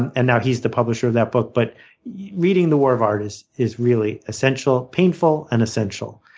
and and now he's the publisher of that book. but yeah reading the war of art is is really essential painful and essential.